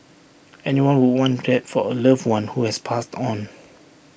anyone would want that for A loved one who has passed on